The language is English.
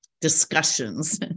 discussions